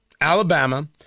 Alabama